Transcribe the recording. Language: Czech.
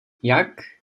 jak